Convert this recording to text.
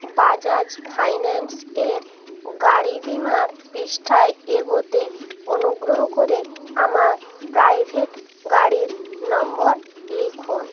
Bajaj finance এর গাড়ি বিমার পৃষ্ঠায় এগোতে অনুগ্রহ করে আমার প্রাইভেট গাড়ির নম্বর লিখুন